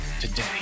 today